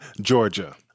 georgia